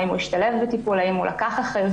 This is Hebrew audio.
האם הוא השתלב בטיפול והאם הוא לקח אחריות.